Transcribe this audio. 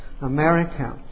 America